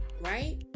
Right